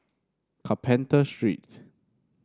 Carpenter Street